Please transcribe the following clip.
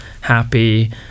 happy